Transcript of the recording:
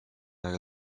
aega